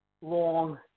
long